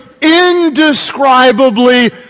indescribably